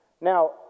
Now